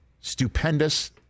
stupendous